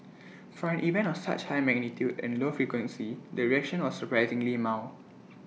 for an event of such high magnitude and low frequency the reaction was surprisingly mild